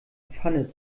pfanne